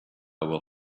will